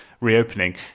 reopening